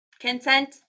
Consent